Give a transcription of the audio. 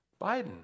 Biden